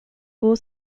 four